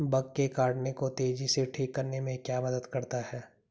Bug के काटने को तेजी से ठीक करने में क्या मदद करता है?